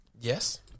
Yes